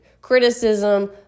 criticism